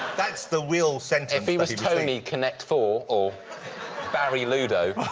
that's the real sentence. if he was tony connect-four or barry ludo.